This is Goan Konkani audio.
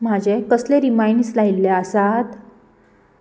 म्हाजे कसले रिमांयडर्स लायिल्ले आसात